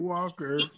Walker